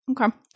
Okay